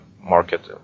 market